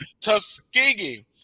tuskegee